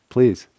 Please